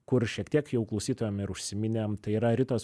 kur šiek tiek jau klausytojam ir užsiminėm tai yra ritos